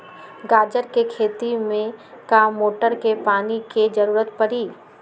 गाजर के खेती में का मोटर के पानी के ज़रूरत परी?